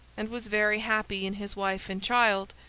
and was very happy in his wife and child,